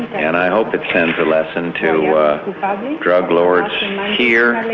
and i hope it sends a lesson to drug lords here and